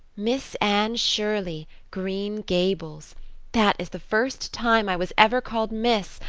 miss anne shirley, green gables that is the first time i was ever called miss.